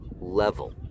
level